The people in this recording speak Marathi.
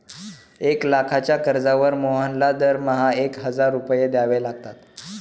एक लाखाच्या कर्जावर मोहनला दरमहा एक हजार रुपये द्यावे लागतात